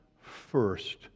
first